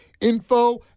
Info